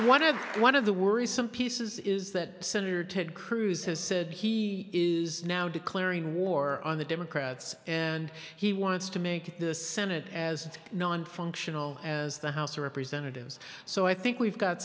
one of one of the worrisome pieces is that senator ted cruz has said he is now declaring war on the democrats and he wants to make the senate as nonfunctional as the house of representatives so i think we've got